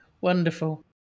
Wonderful